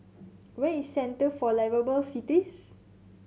where is Centre for Liveable Cities